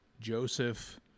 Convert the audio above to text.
Joseph